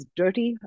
dirty